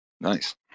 nice